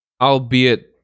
albeit